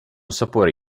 sapore